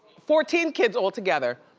fourteen kids altogether.